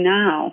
now